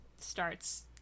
starts